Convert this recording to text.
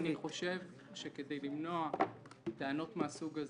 אני חושב שכדי למנוע טענות מהסוג הזה,